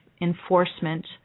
enforcement